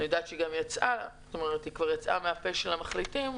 שיצאה מהפה של המחליטים,